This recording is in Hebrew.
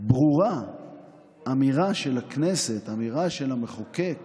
ברורה אמירה של הכנסת, אמירה של המחוקק